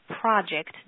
Project